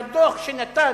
שהדוח שנתן,